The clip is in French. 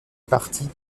partie